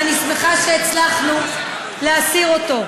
ואני שמחה שהצלחנו להסיר אותו.